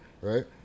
Right